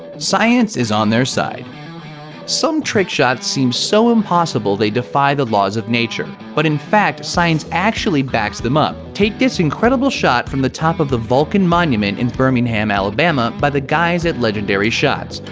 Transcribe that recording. science is on their side some trick shots seem so impossible they defy the laws of nature. but in fact, science actually backs them up. take this incredible shot from top of the vulcan monument in birmingham, alabama by the guys at legendary shots,